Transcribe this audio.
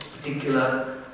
particular